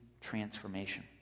transformation